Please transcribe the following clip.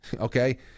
okay